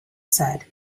said